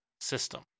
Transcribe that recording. system